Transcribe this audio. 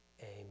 Amen